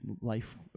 life